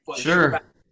Sure